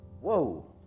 Whoa